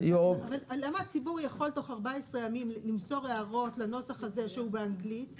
למה הציבור יכול תוך 14 ימים למסור הערות לנוסח הזה שהוא באנגלית,